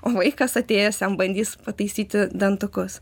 o vaikas atėjęs jam bandys pataisyti dantukus